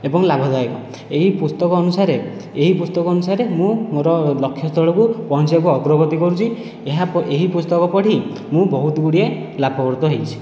ଏବଂ ଲାଭଦାୟକ ଏହି ପୁସ୍ତକ ଅନୁସାରେ ଏହି ପୁସ୍ତକ ଅନୁସାରେ ମୁଁ ମୋର ଲକ୍ଷ୍ୟସ୍ଥଳକୁ ପହଞ୍ଚିବାକୁ ଅଗ୍ରଗତି କରୁଛି ଏହା ଏହି ପୁସ୍ତକ ପଢ଼ି ମୁଁ ବହୁତ ଗୁଡ଼ିଏ ଲାଭବର୍ତ୍ତ ହୋଇଛି